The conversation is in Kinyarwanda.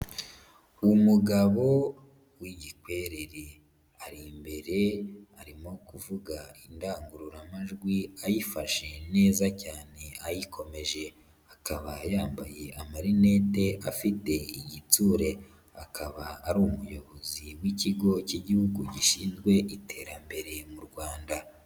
Umugabo w'igikwerereri. Ari imbere, arimo kuvuga indangururamajwi ayifashe neza cyane, ayikomeje. Akaba yambaye amarinete, afite igitsure. Akaba ari umuyobozi w'ikigo cy'igihugu gishinzwe iterambere mu Rwanda.